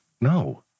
No